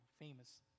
Famous